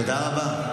תודה רבה.